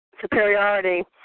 superiority